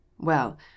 Well